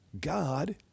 God